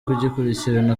kugikurikirana